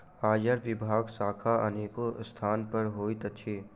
आयकर विभागक शाखा अनेको स्थान पर होइत अछि